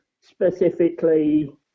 specifically